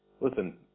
listen